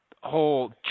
whole